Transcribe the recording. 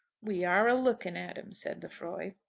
we are alooking at em, said lefroy.